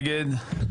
בהצעות חוק העונשים (תיקון הגדרת איום),